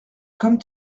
comme